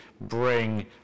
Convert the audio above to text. bring